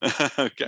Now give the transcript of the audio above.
okay